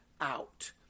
out